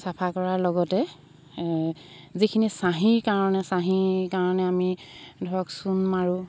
চাফা কৰাৰ লগতে যিখিনি চাহীৰ কাৰণে চাহীৰ কাৰণে আমি ধৰক চূণ মাৰোঁ